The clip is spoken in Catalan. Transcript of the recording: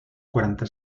quaranta